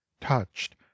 touched